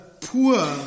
poor